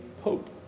Pope